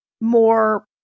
more